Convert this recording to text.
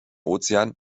ozean